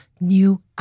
new